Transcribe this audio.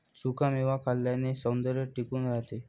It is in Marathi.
सुखा मेवा खाल्ल्याने सौंदर्य टिकून राहते